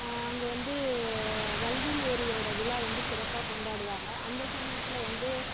அங்கே வந்து வல்வில் ஓரியோட விழா வந்து சிறப்பாக கொண்டாடுவாங்க அந்த சமயத்தில் வந்து